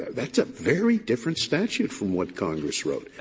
that's a very different statute from what congress wrote.